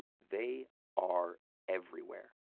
they are everywhere.